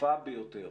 הצפופה ביותר,